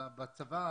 בצבא